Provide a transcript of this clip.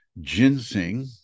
ginseng